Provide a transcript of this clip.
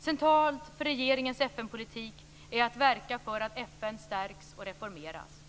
Centralt för regeringens FN-politik är att verka för att FN stärks och reformeras.